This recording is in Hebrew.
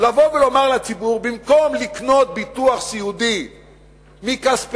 לבוא ולומר לציבור: במקום לקנות ביטוח סיעודי מכספך,